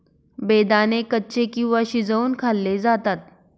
बेदाणे कच्चे किंवा शिजवुन खाल्ले जातात